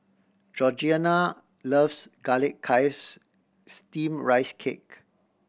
Georgeanna loves Garlic Chives Steamed Rice Cake